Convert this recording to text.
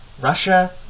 Russia